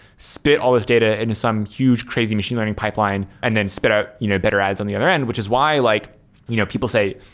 spit all these data into some huge, crazy machine learning pipeline and then spit out you know better ads on the other end? which is why like you know people say,